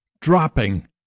dropping